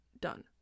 done